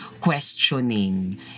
questioning